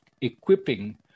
equipping